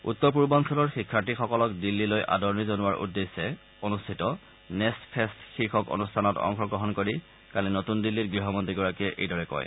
উত্তৰ পূৰ্বাঞ্চলৰ শিক্ষাৰ্থীসকলক দিল্লীলৈ আদৰণি জনোৱাৰ উদ্দেশ্যে অনুষ্ঠিত নেষ্ট ফেষ্ট শীৰ্ষক অনূষ্ঠানত অংশগ্ৰহণ কৰি কালি নতুন দিল্লীত গৃহমন্ত্ৰীগৰাকীয়ে এইদৰে কয়